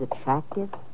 attractive